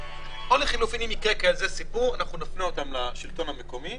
להסדר של המבנים שלא דובר עליו בכלל?